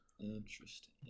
interesting